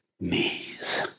knees